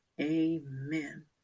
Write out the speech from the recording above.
Amen